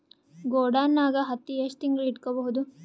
ಗೊಡಾನ ನಾಗ್ ಹತ್ತಿ ಎಷ್ಟು ತಿಂಗಳ ಇಟ್ಕೊ ಬಹುದು?